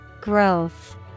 Growth